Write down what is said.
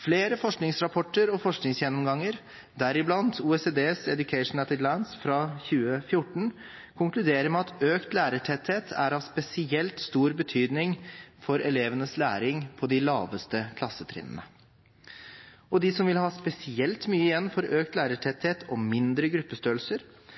Flere forskningsrapporter og forskningsgjennomganger, deriblant OECDs Education at a Glance 2014, konkluderer med at økt lærertetthet er av spesielt stor betydning for elevenes læring på de laveste klassetrinnene. De som vil ha spesielt mye igjen for økt lærertetthet og mindre gruppestørrelser,